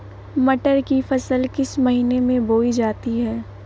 मटर की फसल किस महीने में बोई जाती है?